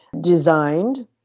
designed